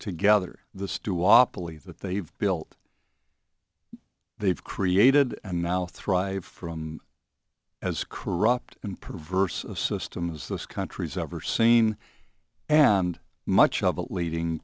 together the believe that they've built they've created and now thrive from as corrupt and perverse systems this country's ever seen and much of it leading